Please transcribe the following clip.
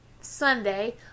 Sunday